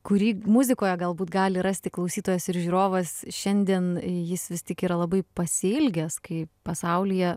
kurį muzikoje galbūt gali rasti klausytojas ir žiūrovas šiandien jis vis tik yra labai pasiilgęs kai pasaulyje